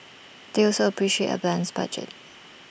they also appreciate A balanced budget